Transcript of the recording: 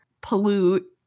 pollute